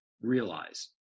realize